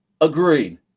agreed